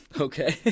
Okay